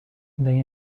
they